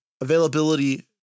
Availability